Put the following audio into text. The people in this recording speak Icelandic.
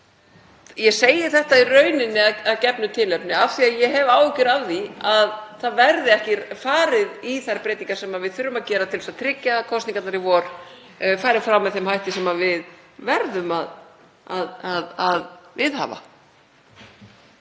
Ég segi þetta í rauninni af gefnu tilefni af því að ég hef áhyggjur af því að ekki verði farið í þær breytingar sem við þurfum að gera til að tryggja að kosningarnar í vor fari fram með þeim hætti sem við verðum að viðhafa.